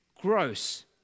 gross